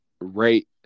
rate